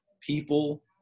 people